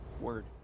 Word